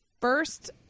first